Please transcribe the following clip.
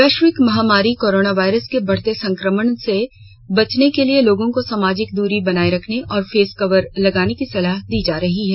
वैश्विक महामारी कोरोनावायरस के बढते संक्रमण से बचने के लिए लोगों को सामाजिक द्री बनाए रखने और फेस कवर लगाने की सलाह दी जा रही है